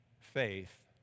faith